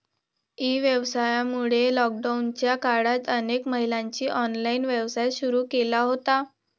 E व्यवसायामुळे लॉकडाऊनच्या काळात अनेक महिलांनी ऑनलाइन व्यवसाय सुरू केला होता